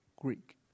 Greek